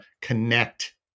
connect